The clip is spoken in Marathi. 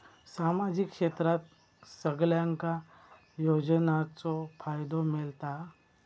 सामाजिक क्षेत्रात सगल्यांका योजनाचो फायदो मेलता?